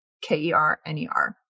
K-E-R-N-E-R